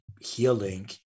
healing